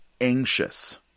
anxious